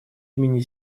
имени